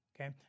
Okay